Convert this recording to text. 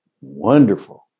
wonderful